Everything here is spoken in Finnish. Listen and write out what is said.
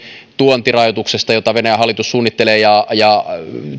tuontirajoituksesta jota venäjän hallitus suunnittelee